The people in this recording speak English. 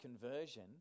conversion